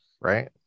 right